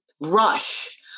rush